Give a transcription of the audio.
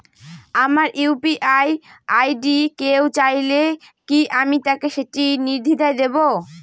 আমার UPI ID কেউ চাইলে কি আমি তাকে সেটি নির্দ্বিধায় দেব?